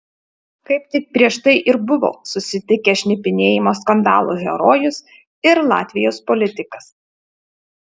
kaip tik prieš tai ir buvo susitikę šnipinėjimo skandalų herojus ir latvijos politikas